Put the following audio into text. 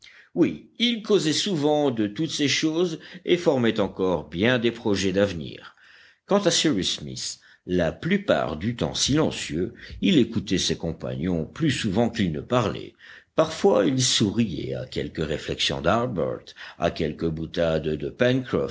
oui ils causaient souvent de toutes ces choses et formaient encore bien des projets d'avenir quant à cyrus smith la plupart du temps silencieux il écoutait ses compagnons plus souvent qu'il ne parlait parfois il souriait à quelque réflexion d'harbert à quelque boutade de